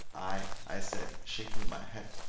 aye! i said, shaking my head.